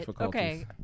Okay